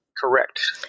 Correct